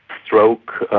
stroke,